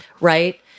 Right